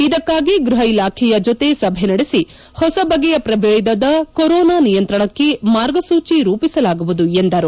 ಇದಕ್ಷಾಗಿ ಗ್ಬಪ ಇಲಾಖೆಯ ಜೊತೆ ಸಭೆ ನಡೆಸಿ ಹೊಸ ಬಗೆಯ ಪ್ರಭೇದದ ಕೊರೊನಾ ನಿಯಂತ್ರಣಕ್ಷೆ ಮಾರ್ಗಸೂಜಿ ರೂಪಿಸಲಾಗುವುದು ಎಂದರು